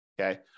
Okay